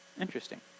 interesting